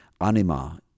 Anima